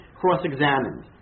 cross-examined